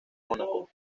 mónaco